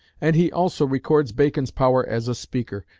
and he also records bacon's power as a speaker.